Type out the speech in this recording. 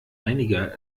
einiger